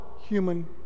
human